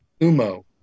Umo